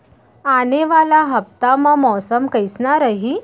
आने वाला हफ्ता मा मौसम कइसना रही?